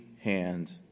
hand